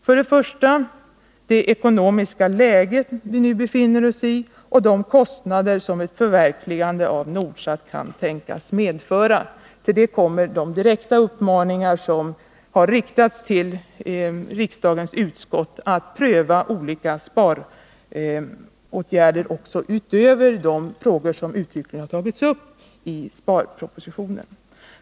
För det första: Det ekonomiska läge vi nu befinner oss i och de kostnader som ett förverkligande av Nordsat kan medföra. Till detta kommer de direkta uppmaningar som har riktats till riksdagens utskott att pröva olika sparåtgärder utöver de frågor som uttryckligen har tagits upp i sparpropositionen.